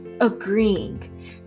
agreeing